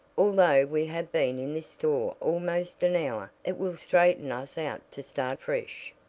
although we have been in this store almost an hour. it will straighten us out to start fresh.